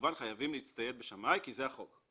כמובן חייבים להצטייד בשמאי כי זה החוק.